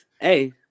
Hey